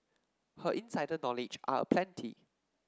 her insider knowledge are aplenty